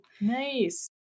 Nice